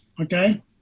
okay